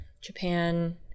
Japan